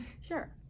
Sure